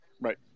Right